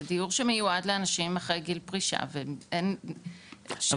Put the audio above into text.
זה דיור שמיועד לאנשים אחרי גיל פרישה ואין --- למרות